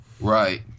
Right